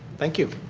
thank you.